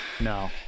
No